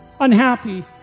unhappy